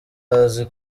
azi